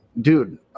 dude